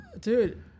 Dude